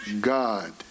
God